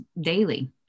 daily